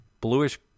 bluish